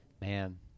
man